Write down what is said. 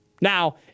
Now